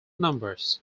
numbers